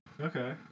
Okay